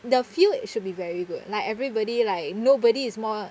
the feel should be very good like everybody like nobody is more